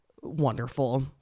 wonderful